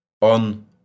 On